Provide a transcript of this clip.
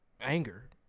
Anger